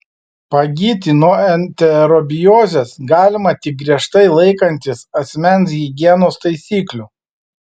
pagyti nuo enterobiozės galima tik griežtai laikantis asmens higienos taisyklių